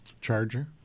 Charger